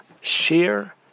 share